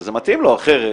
שזה מתאים לו, אחרת